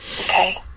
Okay